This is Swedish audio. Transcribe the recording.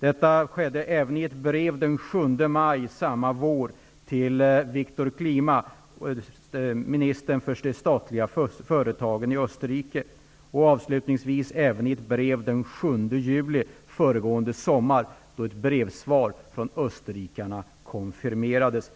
Detta skedde även i ett brev den 7 maj samma vår till juli föregående sommar, då förutom vårens aktiviteter ett brevsvar från österrikarna konfirmerades.